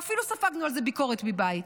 ואפילו ספגנו על זה ביקורת מהבית,